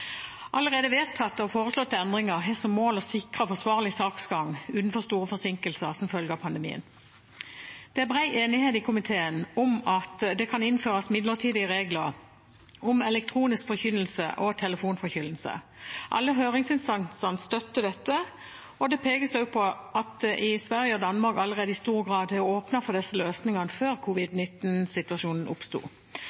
Allerede vedtatte og foreslåtte endringer har som mål å sikre en forsvarlig saksgang uten for store forsinkelser som følge av pandemien. Det er bred enighet i komiteen om at det kan innføres midlertidige regler om elektronisk forkynnelse og telefonforkynnelse. Alle høringsinstanser støtter dette, og det pekes også på at det i Sverige og Danmark i stor grad er åpnet for disse løsningene allerede før